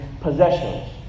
possessions